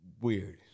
weird